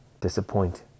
disappoint